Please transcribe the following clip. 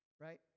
right